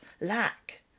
lack